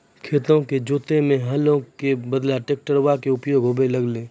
खेतो क जोतै म हलो केरो बदला ट्रेक्टरवा कॅ उपयोग होबे लगलै